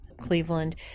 Cleveland